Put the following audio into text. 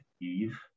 Eve